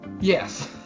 Yes